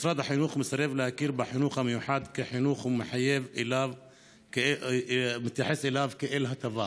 משרד החינוך מסרב להכיר בחינוך המיוחד כחינוך ומתייחס אליו כאל הטבה,